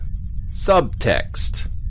Subtext